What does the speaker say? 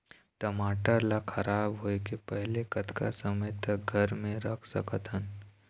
टमाटर ला खराब होय के पहले कतका समय तक घर मे रख सकत हन?